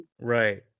right